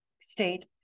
state